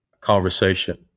conversation